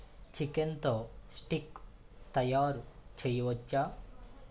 చికెన్తో స్ఠీక్ తయారు చేయవచ్చా